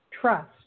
trust